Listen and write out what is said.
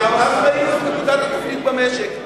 במשק.